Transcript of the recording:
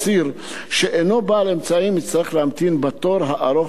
אסיר שאינו בעל אמצעים יצטרך להמתין בתור הארוך